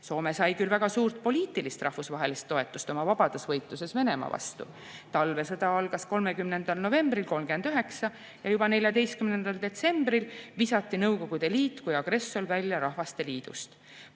Soome sai küll väga suurt poliitilist rahvusvahelist toetust oma vabadusvõitluses Venemaa vastu. Talvesõda algas 30. novembril 1939 ja juba 14. detsembril visati Nõukogude Liit kui agressor välja Rahvasteliidust.